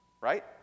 right